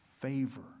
favor